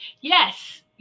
yes